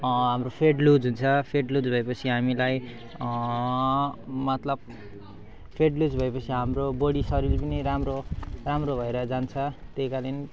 हाम्रो fat lose fat lose भए पछि हामीलाई मतलब फ्याट लुज भए पछि हाम्रो बडी शरीर पनि राम्रो हो राम्रो भएर जान्छ त्यही कारण